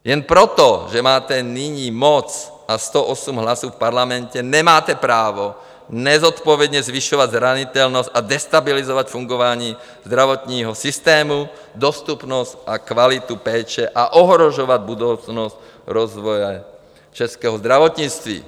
Jen proto, že máte nyní moc a 108 hlasů v parlamentě, nemáte právo nezodpovědně zvyšovat zranitelnost a destabilizovat fungování zdravotního systému, dostupnost a kvalitu péče a ohrožovat budoucnost rozvoje českého zdravotnictví.